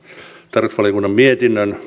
tarkastusvaliokunnan mietinnön